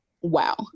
wow